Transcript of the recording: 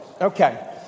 Okay